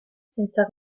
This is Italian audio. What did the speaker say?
senza